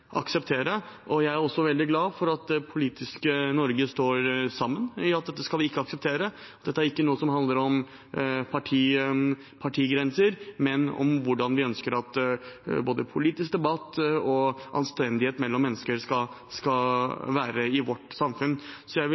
og slett ikke kan akseptere. Jeg er også veldig glad for at det politiske Norge står sammen om at vi ikke skal akseptere dette, dette er noe som ikke handler om partigrenser, men om hvordan vi ønsker at vår politiske debatt og anstendighet mellom mennesker skal være i vårt samfunn. Jeg vil